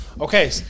Okay